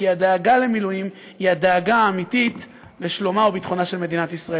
כי הדאגה למילואים היא הדאגה האמיתית לשלומה וביטחונה של מדינת ישראל.